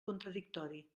contradictori